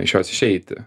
iš jos išeiti